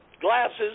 glasses